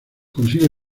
consigue